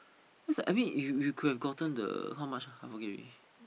cause I mean you you could have gotten the how much I forget already